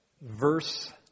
verse